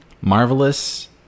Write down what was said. Marvelous